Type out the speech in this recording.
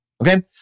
Okay